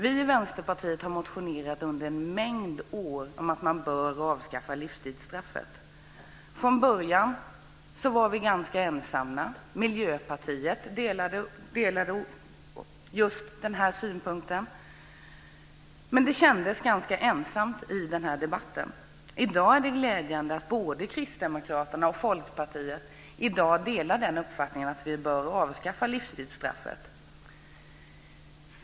Vi i Vänsterpartiet har motionerat under en mängd år om att man bör avskaffa livstidsstraffet. Från början var vi ganska ensamma. Miljöpartiet delade vår uppfattning, men det kändes ganska ensamt i debatten. Det är glädjande att både Kristdemokraterna och Folkpartiet i dag delar uppfattningen att vi bör avskaffa livstidsstraffet.